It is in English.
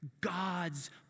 God's